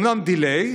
בטרגדיה.